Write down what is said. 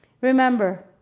Remember